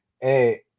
Hey